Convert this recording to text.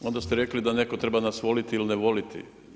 Onda ste rekli da netko treba nas voliti ili ne voliti.